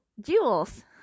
jewels